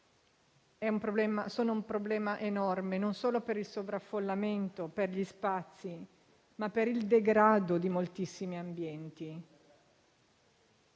è un problema enorme, e non solo per il sovraffollamento negli spazi, ma anche per il degrado di moltissimi ambienti.